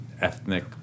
ethnic